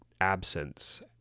absence